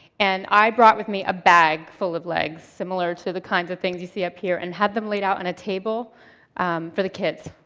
and i brought with me a bag full of legs, similar to the kinds of things you see up here, and had them laid out on a table for the kids.